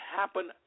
happen